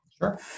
Sure